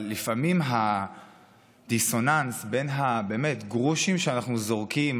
אבל לפעמים הדיסוננס בין הבאמת-גרושים שאנחנו זורקים